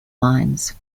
lines